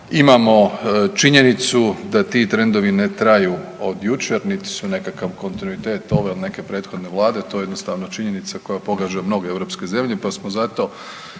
imamo činjenicu da ti trendovi ne traju od jučer niti su nekakav kontinuitet ove ili neke prethodne vlade, to je jednostavno činjenica koja pogađa mnoge europske zemlje pa smo zato